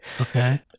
okay